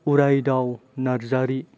उरायदाव Narzary